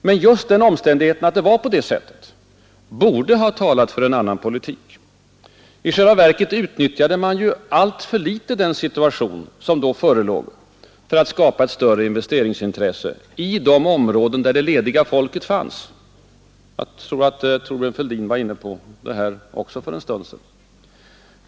Men just den omständigheten borde ha talat för en annan politik. I själva verket utnyttjade man ju alltför litet den situation som då förelåg för att skapa ett större investeringsintresse i de områden där det lediga folket fanns.